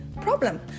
problem